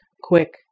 quick